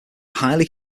highly